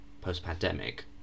post-pandemic